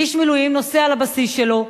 איש מילואים נוסע לבסיס שלו,